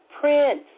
Prince